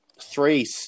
Three